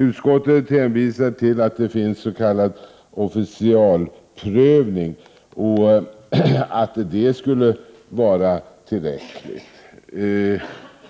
Utskottet hänvisar till att det finns s.k. officialprövning och att det skulle vara tillräckligt.